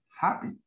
happy